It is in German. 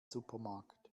supermarkt